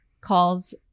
calls